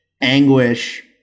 anguish